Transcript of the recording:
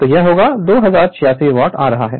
तो यह 2076 वाट आ रहा है